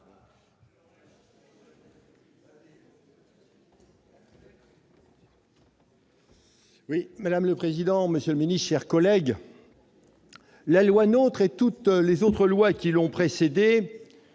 Madame le président, monsieur le ministre, chers collègues, la loi NOTRe et tous les autres textes qui l'ont précédée